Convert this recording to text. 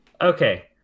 Okay